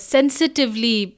Sensitively